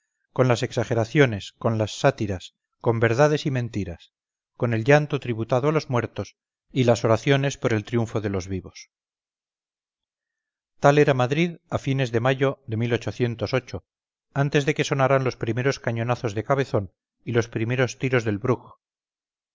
con las exageraciones con las sátiras con verdades y mentiras con el llanto tributado a los muertos y las oraciones por el triunfo de los vivos tal era madrid a fines de mayo de antes de que sonaran los primeros cañonazos de cabezón y los primeros tiros del bruch